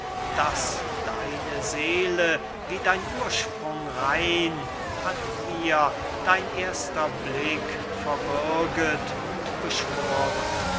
daß deine seele wie dein ursprung rein hat mir dein erster blick verbürget und beschworen